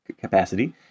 capacity